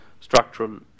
structural